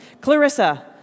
Clarissa